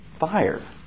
fire